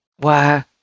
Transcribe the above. Wow